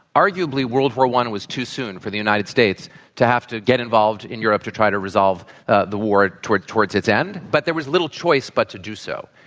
arguably, world war i was too soon for the united states to have to get involved in europe to try to resolve ah the war towards towards its end. but there was little choice but to do so.